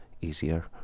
easier